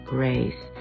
Grace